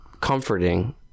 comforting